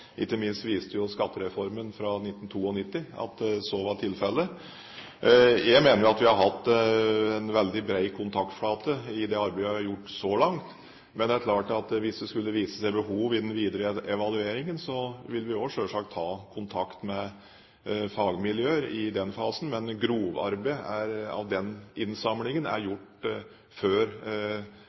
Ikke minst viste skattereformen fra 1992 at så var tilfellet. Jeg mener vi har hatt en veldig bred kontaktflate i det arbeidet vi har gjort så langt. Men det er klart at hvis det skulle vise seg å være behov for det i den videre evalueringen, vil vi også selvsagt ta kontakt med fagmiljøer i den fasen. Men grovarbeidet av innsamlingen er gjort før den